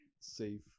safe